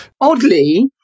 oddly